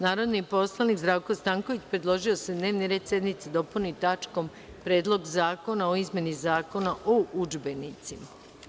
Narodni poslanik Zdravko Stanković predložio je da se dnevni red sednice dopuni tačkom – Predlog zakona o izmeni Zakona o udžbenicima.